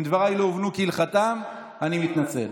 אם דבריי לא הובנו כהלכתם, אני מתנצל.